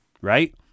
right